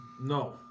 No